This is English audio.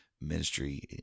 ministry